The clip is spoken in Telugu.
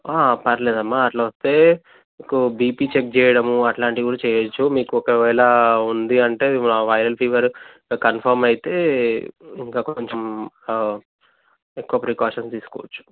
పర్లేదమ్మా అట్లొస్తే మీకు బీపీ చెక్ చేయడము అట్లాంటివి కూడా చేయొచ్చు మీకు ఒకవేళ ఉంది అంటే వైరల్ ఫీవర్ కన్ఫార్మ్ అయితే ఇంకా కొంచెం ఎక్కువ ప్రికాషన్స్ తీసుకోవచ్చు